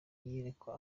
iyerekwa